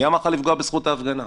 מי אמר לך לפגוע בזכות ההפגנה?